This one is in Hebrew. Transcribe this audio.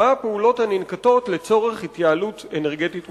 מהן הפעולות הננקטות לצורך התייעלות אנרגטית משמעותית?